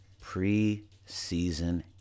pre-season